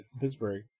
Pittsburgh